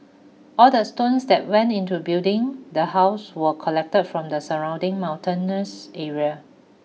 all the stones that went into building the house were collected from the surrounding mountainous area